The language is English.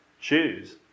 choose